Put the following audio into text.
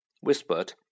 whispered